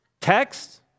Text